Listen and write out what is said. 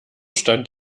stand